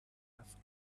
asked